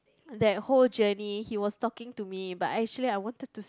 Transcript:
that whole journey he was talking to me but actually I wanted to